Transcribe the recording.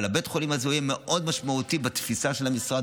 אבל בית החולים הזה יהיה מאוד משמעותי בתפיסה של המשרד,